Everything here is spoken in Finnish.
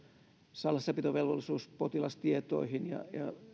salassapitovelvollisuus potilastietoihin ja